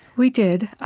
we did.